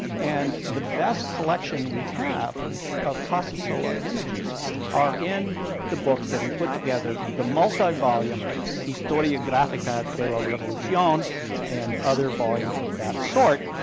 and the best collection we have of casasola images are in the books that he put together, the multi volume historiographica de la revolucion and other volumes of that sort,